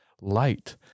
light